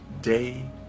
day